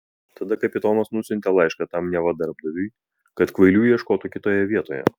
tada kapitonas nusiuntė laišką tam neva darbdaviui kad kvailių ieškotų kitoje vietoje